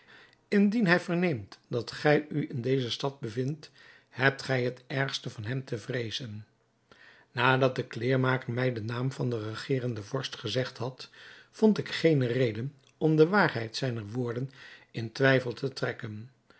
indien hij verneemt dat gij u in deze stad bevindt hebt gij het ergste van hem te vreezen nadat de kleermaker mij den naam van den regerenden vorst gezegd had vond ik geene reden om de waarheid zijner woorden in twijfel te trekken